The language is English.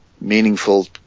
meaningful